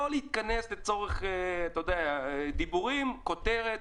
לא להתכנס לצורך דיבורים וכותרת.